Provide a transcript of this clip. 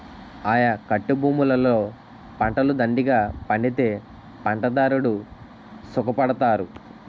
ఆయకట్టభూములలో పంటలు దండిగా పండితే పంటదారుడు సుఖపడతారు